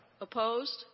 Opposed